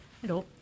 Hello